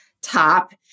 top